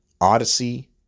Odyssey